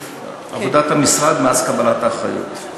עבודת המשרד מאז קבלת האחריות,